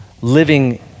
living